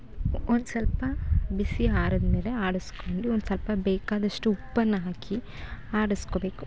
ಒಂದು ಸ್ವಲ್ಪ ಬಿಸಿ ಆರಿದ್ಮೇಲೆ ಆಡಿಸ್ಕೊಂಡು ಒಂದು ಸ್ವಲ್ಪ ಬೇಕಾದಷ್ಟು ಉಪ್ಪನ್ನು ಹಾಕಿ ಆಡಿಸ್ಕೊಬೇಕು